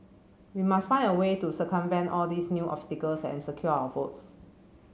we must find a way to circumvent all these new obstacles and secure our votes